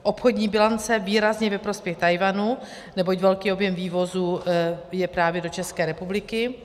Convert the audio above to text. Obchodní bilance výrazně ve prospěch Tchajwanu, neboť velký objem vývozu je právě do České republiky.